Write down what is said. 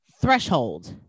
threshold